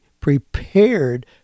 prepared